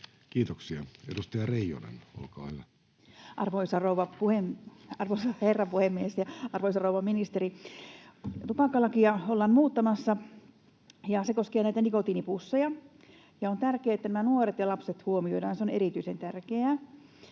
muuttamisesta Time: 14:33 Content: Arvoisa herra puhemies ja arvoisa rouva ministeri! Tupakkalakia ollaan muuttamassa, ja se koskee näitä nikotiinipusseja. On tärkeää, että nuoret ja lapset huomioidaan, se on erityisen tärkeää.